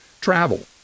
travel